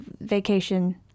vacation